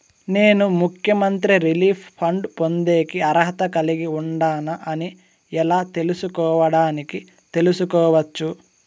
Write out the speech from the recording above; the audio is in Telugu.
నేను ముఖ్యమంత్రి రిలీఫ్ ఫండ్ పొందేకి అర్హత కలిగి ఉండానా అని ఎలా తెలుసుకోవడానికి తెలుసుకోవచ్చు